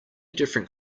different